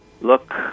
look